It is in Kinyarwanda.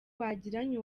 bagiranye